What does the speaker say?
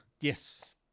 Yes